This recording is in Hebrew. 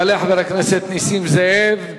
יעלה חבר הכנסת נסים זאב.